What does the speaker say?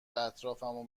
اطرافمو